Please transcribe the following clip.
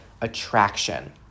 attraction